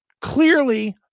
clearly